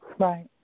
Right